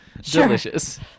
Delicious